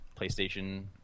PlayStation